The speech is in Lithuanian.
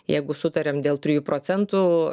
jeigu sutariam dėl trijų procentų